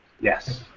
Yes